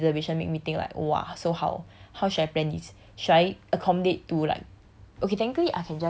so all these consideration make me think like !wah! so how how should I plan this should I accommodate to like